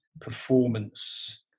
performance